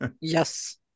Yes